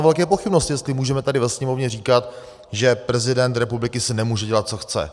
A mám velké pochybnosti, jestli můžeme tady ve sněmovně říkat, že prezident republiky si nemůže dělat, co chce.